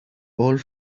old